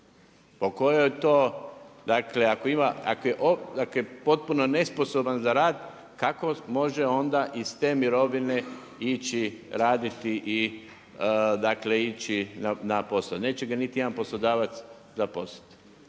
ako ima, dakle ako je potpuno nesposoban za rad kako može onda iz te mirovine ići raditi i dakle ići na posao? Neće ga niti jedan poslodavac zaposliti.